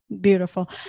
Beautiful